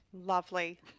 Lovely